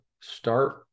start